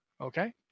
Okay